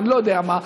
אני לא יודע מה.